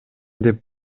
деп